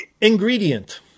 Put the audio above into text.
ingredient